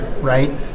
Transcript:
Right